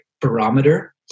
barometer